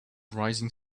rising